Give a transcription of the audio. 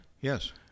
yes